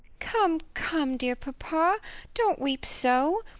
come, come, dear papa don't weep so.